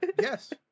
yes